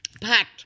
packed